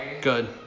Good